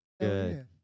Good